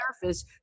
surface